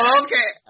okay